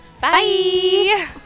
Bye